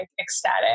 ecstatic